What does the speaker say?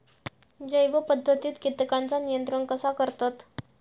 जैव पध्दतीत किटकांचा नियंत्रण कसा करतत?